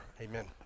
Amen